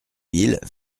mille